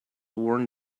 worn